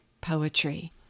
poetry